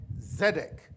Zedek